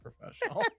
professional